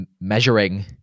measuring